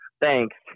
Thanks